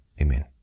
Amen